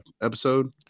episode